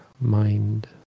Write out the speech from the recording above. mind